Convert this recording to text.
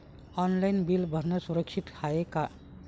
Online bill भरनं सुरक्षित हाय का?